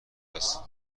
است